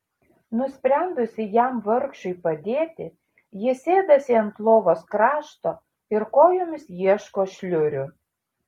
nusprendusi jam vargšui padėti ji sėdasi ant lovos krašto ir kojomis ieško šliurių